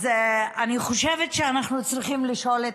אני חושבת שאנחנו צריכים לשאול את